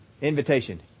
invitation